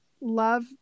love